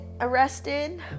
arrested